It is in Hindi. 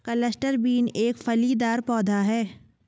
क्लस्टर बीन एक फलीदार पौधा है